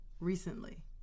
Recently